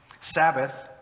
Sabbath